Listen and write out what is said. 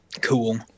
cool